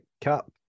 cap